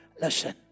listen